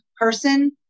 person